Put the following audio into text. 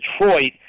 Detroit